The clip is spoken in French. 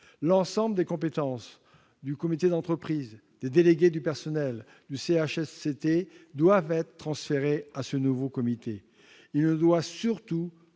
L'ensemble des compétences du comité d'entreprise, des délégués du personnel et du CHSCT doivent être transférées au nouveau comité. Il ne doit surtout